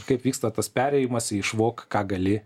kaip vyksta tas perėjimas į išvok ką gali